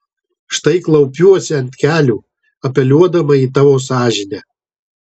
štai klaupiuosi ant kelių apeliuodama į tavo sąžinę